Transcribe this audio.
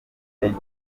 benshi